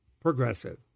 progressive